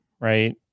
right